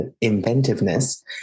inventiveness